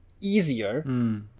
easier